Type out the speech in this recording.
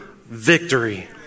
victory